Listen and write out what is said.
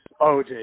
OJ